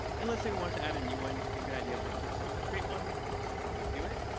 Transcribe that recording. and let's say we want to add a new one. just to give an idea of what it looks like to create one, this is how we do it.